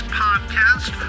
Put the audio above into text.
podcast